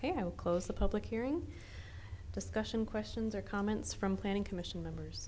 ok how close the public hearing discussion questions or comments from planning commission members